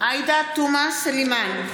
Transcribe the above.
עאידה תומא סלימאן,